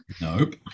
Nope